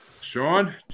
Sean